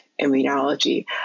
immunology